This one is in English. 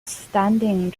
standing